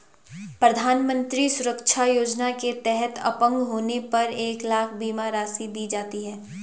प्रधानमंत्री सुरक्षा योजना के तहत अपंग होने पर एक लाख बीमा राशि दी जाती है